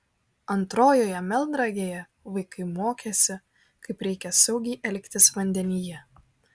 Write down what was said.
antrojoje melnragėje vaikai mokėsi kaip reikia saugiai elgtis vandenyje